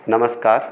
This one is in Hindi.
नमस्कार